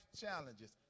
challenges